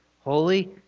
holy